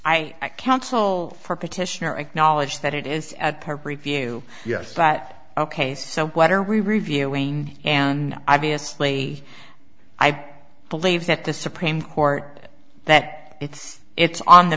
i counsel for petitioner acknowledge that it is at her preview yes but ok so what are we reviewing and i v asli i believe that the supreme court that it's it's on the